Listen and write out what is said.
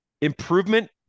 improvement